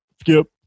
skip